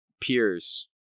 peers